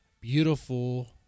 beautiful